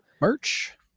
merch